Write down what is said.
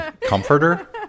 comforter